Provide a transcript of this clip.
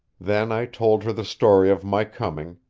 then i told her the story of my coming,